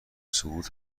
صعود